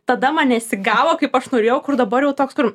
tada man nesigavo kaip aš norėjau kur dabar jau toks kur